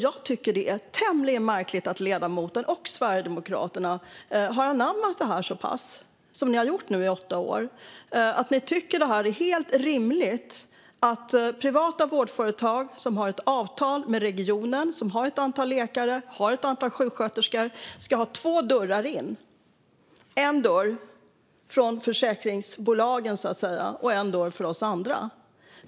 Jag tycker att det är tämligen märkligt att ledamoten och Sverigedemokraterna har anammat detta så pass mycket som ni nu har gjort i åtta år. Ni tycker att det är helt rimligt att privata vårdföretag som har ett avtal med regionen och som har ett antal läkare och sjuksköterskor ska ha två dörrar in - en dörr från försäkringsbolagen och en dörr för oss andra.